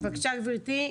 בבקשה, גברתי,